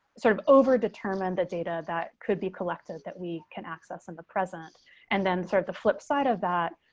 sort of over determine the data that could be collected that we can access and the present and then sort of the flip side of that,